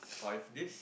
five days